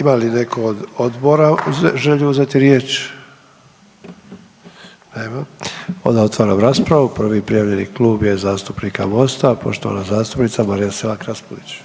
ima li neko od odbora želju uzeti riječ? Nema. Onda otvaram raspravu, prvi prijavljeni Klub je zastupnika Mosta, poštovana zastupnica Marija Selak Raspudić.